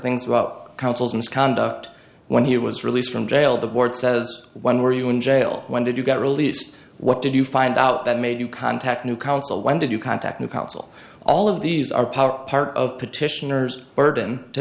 things about counsel's misconduct when he was released from jail the board says when were you in jail when did you get released what did you find out that made you contact new counsel when did you contact new counsel all of these are power part of petitioners burden to